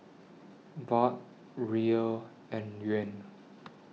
Baht Riyal and Yuan